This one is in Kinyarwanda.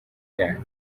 cyane